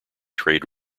trade